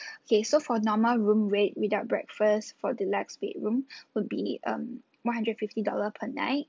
okay so for normal room rate without breakfast for deluxe bedroom would be um one hundred fifty dollar per night